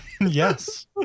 yes